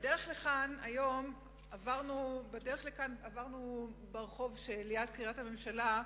בדרך לכאן היום עברנו ברחוב שליד קריית-הממשלה,